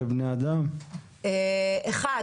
ראו שבאגם החולה יש גופות צפות על פני המים,